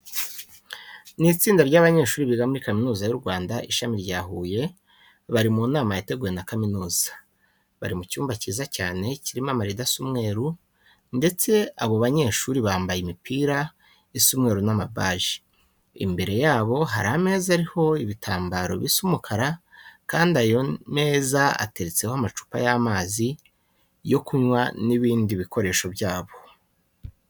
Ni itsinda ry'abanyeshuri biga muri Kaminuza y'u Rwanda, Ishami rya Huye, bari mu nama yateguwe na kaminuza. Bari mu cyumba cyiza cyane kirimo amarido asa umweru ndetse abo banyeshuri bambaye imipira isa umweru n'amabaji. Imbere yabo hari ameza ariho ibitambaro bisa umukara kandi ayo meza ateretseho amacupa y'amazi yo kunywa n'ibindi bikoresho byabo.